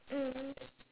mm